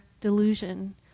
delusion